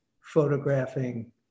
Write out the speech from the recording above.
photographing